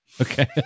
Okay